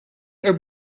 are